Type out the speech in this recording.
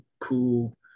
cool